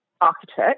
architect